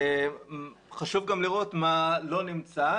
חשוב גם לראות מה לא נמצא.